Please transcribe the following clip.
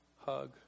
hug